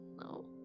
No